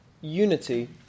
unity